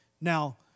Now